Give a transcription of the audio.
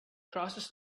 crosses